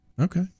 Okay